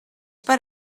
per